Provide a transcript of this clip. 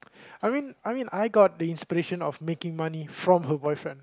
I mean I mean I got the inspiration of making money from her boyfriend